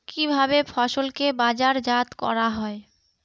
কিভাবে ফসলকে বাজারজাত করা হয়?